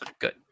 good